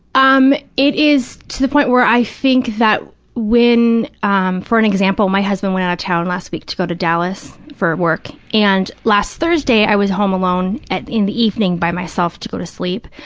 um it is to the point where i think that when, um for an example, my husband went out of town last week to go to dallas for work, and last thursday i was home alone in the evening by myself to go to sleep,